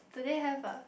today have ah